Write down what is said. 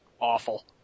awful